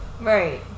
right